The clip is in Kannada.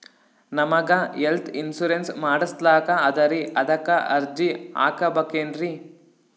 ನಮಗ ಹೆಲ್ತ್ ಇನ್ಸೂರೆನ್ಸ್ ಮಾಡಸ್ಲಾಕ ಅದರಿ ಅದಕ್ಕ ಅರ್ಜಿ ಹಾಕಬಕೇನ್ರಿ?